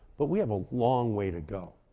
but we have a long way to go.